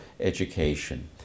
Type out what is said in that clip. education